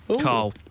Carl